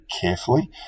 carefully